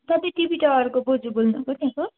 तपाईँ टिभी टावरको बोजू बोल्नु भएको त्यहाँको